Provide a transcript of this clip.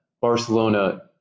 Barcelona